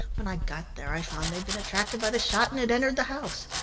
when i got there, i found they'd been attracted by the shot and had entered the house.